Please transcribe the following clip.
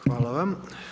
Hvala vam.